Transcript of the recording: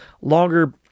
longer